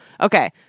Okay